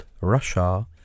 Russia